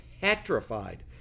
petrified